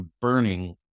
burning